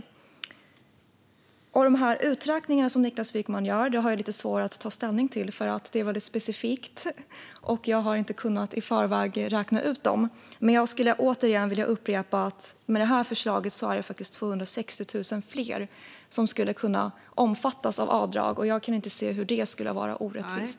Niklas Wykmans uträkningar har jag lite svårare att ta ställning till, för de är väldigt specifika. Jag har inte kunnat räkna ut detta i förväg. Men jag skulle återigen vilja framhålla att det med det här förslaget faktiskt är 260 000 fler som skulle kunna omfattas av avdrag. Jag kan inte se hur det skulle vara orättvist.